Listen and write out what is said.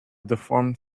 deformed